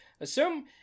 assume